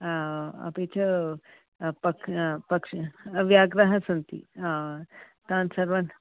अपि च पक् पक् व्याघ्राः सन्ति तान् सर्वान्